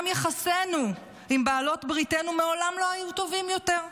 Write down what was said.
גם יחסינו עם בעלות בריתנו מעולם לא היו טובים יותר,